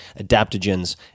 adaptogens